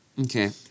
Okay